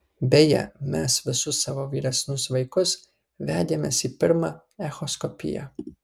beje mes visus savo vyresnius vaikus vedėmės į pirmą echoskopiją